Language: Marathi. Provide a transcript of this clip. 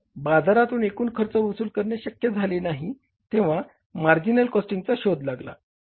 जेव्हा बाजारातून एकूण खर्च वसूल करणे शक्य झाले नाही तेव्हा मार्जिनल कॉस्टिंगचा शोध लागला